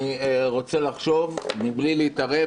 אני רוצה לחשוב מבלי להתערב,